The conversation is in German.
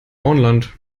auenland